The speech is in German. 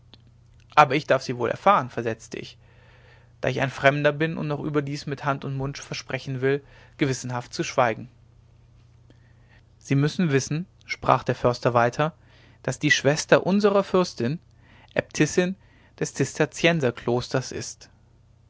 aber ich darf sie wohl erfahren versetzte ich da ich ein fremder bin und noch überdies mit hand und mund versprechen will gewissenhaft zu schweigen sie müssen wissen sprach der förster weiter daß die schwester unserer fürstin äbtissin des zisterzienserklosters in ist